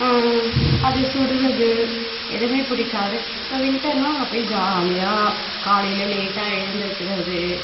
அது சுடுறது எதுவுமே பிடிக்காது இப்போ வின்டர்னா நான் போய் ஜாலியாக காலையில லேட்டாக எழுந்திரிக்கிறது